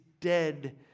dead